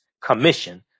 commission